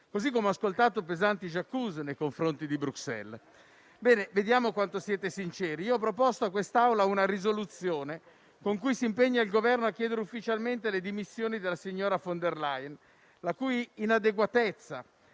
così come ho ascoltato pesanti *j'accuse* nei confronti di Bruxelles. Vediamo quanto siete sinceri. Ho proposto a quest'Aula una risoluzione con cui si impegna il Governo a chiedere ufficialmente le dimissioni della signora von der Leyen, la cui inadeguatezza